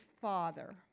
Father